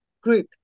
Group